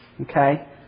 Okay